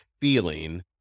feeling